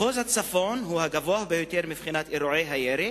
מחוז הצפון הוא הראשון מבחינת אירועי הירי,